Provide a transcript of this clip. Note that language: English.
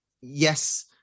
yes